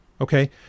okay